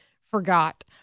forgot